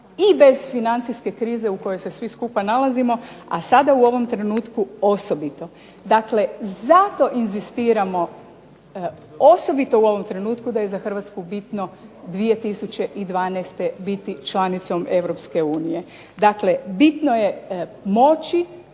i bez financijske krize u kojoj se svi skupa nalazimo, a sada u ovom trenutku osobito. Zato inzistiramo osobito u ovom trenutku da je za Hrvatsku bitno 2012. biti članicom Europske unije. Dakle, bitno je moći,